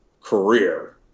career